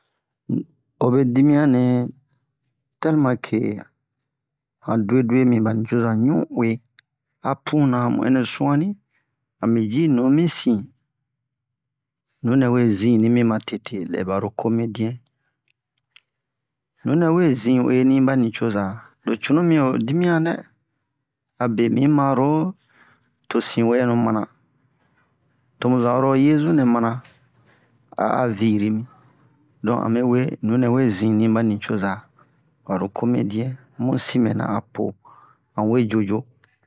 um obe dimiyan nɛ tɛliman ke han duwe-duwe mi ba nicoza wu'uwe a puna mu ɛnɛ su'ani ami ji nu mi sin nunɛ we zini mi ma tete lɛ baro komediɛn nunɛ we zi'uweni ba nicoza lo cunu mi ho dimiyan dɛ abe mi hi maro to sinwɛnu mana to mu zan oro yezu nɛ mana a'a virimi don ame we nunɛ we zini ba nicoza baro komediɛn mu sin mɛna a po an we jojo